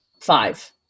five